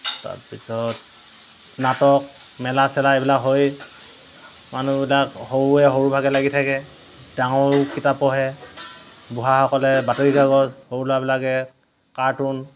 তাৰপিছত নাটক মেলা চেলা এইবিলাক হয়েই মানুহবিলাক সৰুৱে সৰুভাগে লাগি থাকে ডাঙৰো কিতাপ পঢ়ে বুঢ়াসকলে বাতৰি কাগজ সৰু ল'ৰাবিলাকে কাৰ্টুন